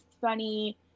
funny